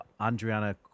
Andriana